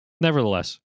nevertheless